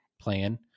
plan